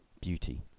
beauty